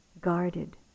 guarded